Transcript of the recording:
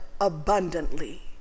abundantly